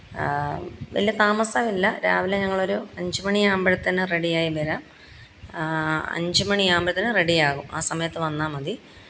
വലിയ താമസമില്ല രാവിലെ ഞങ്ങളൊരു അഞ്ച് മണി ആവുമ്പോഴത്തേന് റെഡിയായി വരാം അഞ്ച് മണി ആവുമ്പോഴത്തേന് റെഡിയാകും ആ സമയത്ത് വന്നാൽ മതി